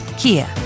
Kia